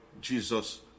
Jesus